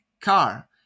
car